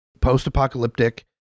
post-apocalyptic